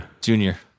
Junior